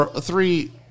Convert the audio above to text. three